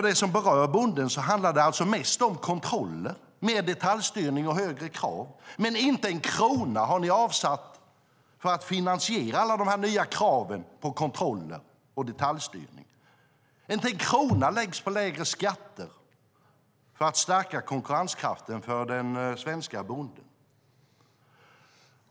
Det som berör bonden handlar mest om kontroller, mer detaljstyrning och högre krav. Inte en krona har ni avsatt för att finansiera alla nya krav på kontroller och detaljstyrning. Inte en krona läggs på lägre skatter för att stärka konkurrenskraften för den svenska bonden.